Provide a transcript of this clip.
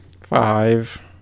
five